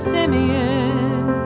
Simeon